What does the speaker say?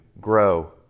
grow